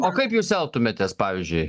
o kaip jūs elgtumėtės pavyzdžiui